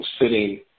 sitting